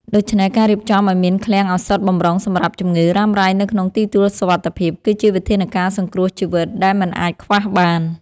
ដូច្នេះ ការរៀបចំឱ្យមានឃ្លាំងឱសថបម្រុងសម្រាប់ជំងឺរ៉ាំរ៉ៃនៅក្នុងទីទួលសុវត្ថិភាព គឺជាវិធានការសង្គ្រោះជីវិតដែលមិនអាចខ្វះបាន។